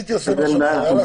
הייתי עושה משהו אחר.